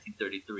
1933